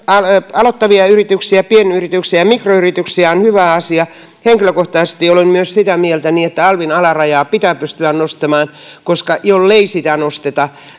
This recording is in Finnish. aloittavia yrityksiä pienyrityksiä ja mikroyrityksiä on hyvä asia henkilökohtaisesti olen myös sitä mieltä että alvin alarajaa pitää pystyä nostamaan koska jollei sitä nosteta